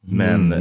men